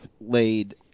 laid